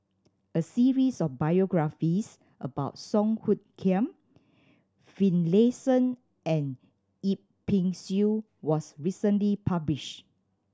a series of biographies about Song Hoot Kiam Finlayson and Yip Pin Xiu was recently published